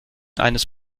eines